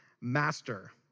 Master